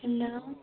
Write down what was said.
hello